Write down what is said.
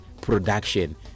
production